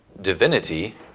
Divinity